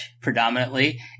predominantly